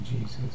Jesus